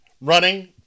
running